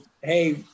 hey